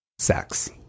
Sex